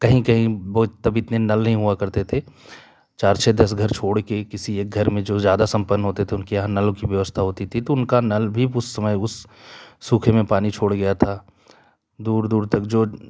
कहीं कहीं बहुत तब इतने नल नहीं हुआ करते थे चार छः दस घर छोड़ के किसी एक घर में जो ज्यादा संपन्न होते थे उनके यहाँ नल की व्यवस्था होती थी तो उनका नल भी उस समय उस सूखे में पानी छोड़ गया था दूर दूर तक जो